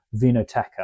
Vinoteca